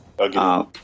Again